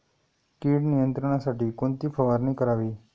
कीड नियंत्रणासाठी कोणती फवारणी करावी?